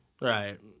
Right